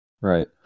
Right